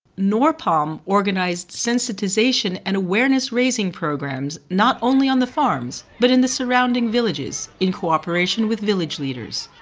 norpalm organized sensitization and awareness-raising programs not only on the farms but in the surrounding villages, in cooperation with village leaders.